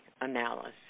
analysis